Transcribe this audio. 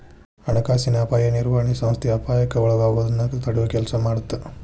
ಹಣಕಾಸಿನ ಅಪಾಯ ನಿರ್ವಹಣೆ ಸಂಸ್ಥೆ ಅಪಾಯಕ್ಕ ಒಳಗಾಗೋದನ್ನ ತಡಿಯೊ ಕೆಲ್ಸ ಮಾಡತ್ತ